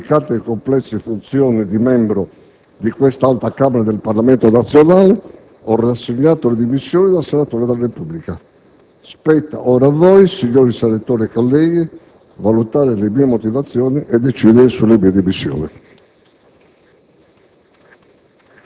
e diligenza le delicate e complesse funzioni di membro di questa Alta Camera del Parlamento nazionale, ho rassegnato le dimissioni da senatore della Repubblica. Spetta ora a voi, signori senatori, valutare le mie motivazioni e decidere sulle mie dimissioni.